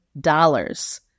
dollars